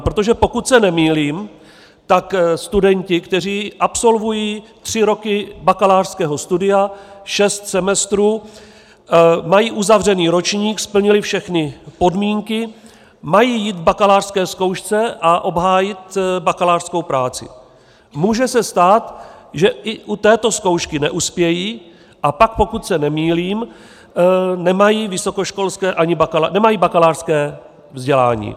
Protože pokud se nemýlím, tak studenti, kteří absolvují tři roky bakalářského studia, šest semestrů, mají uzavřený ročník, splnili všechny podmínky, mají jít k bakalářské zkoušce a obhájit bakalářskou práci, může se stát, že i u této zkoušky neuspějí, a pak, pokud se nemýlím, nemají vysokoškolské vzdělání, nemají bakalářské vzdělání.